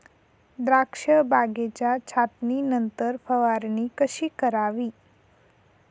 द्राक्ष बागेच्या छाटणीनंतर फवारणी कशी करावी?